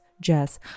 Jess